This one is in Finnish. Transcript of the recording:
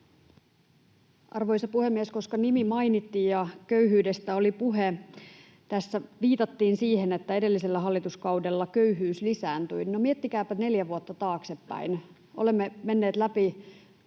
Arvoisa puhemies! Koska nimi mainittiin ja köyhyydestä oli puhe: Tässä viitattiin siihen, että edellisellä hallituskaudella köyhyys lisääntyi. No miettikääpä neljä vuotta taaksepäin. Olemme menneet läpi